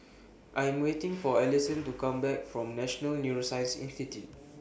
I Am waiting For Alyson to Come Back from National Neuroscience in City